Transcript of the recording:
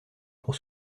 pour